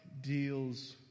deals